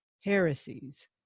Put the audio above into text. heresies